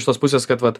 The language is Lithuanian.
iš tos pusės kad vat